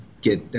get